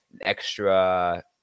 extra